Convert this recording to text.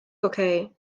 okay